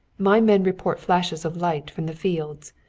my men report flashes of lights from the fields.